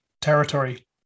territory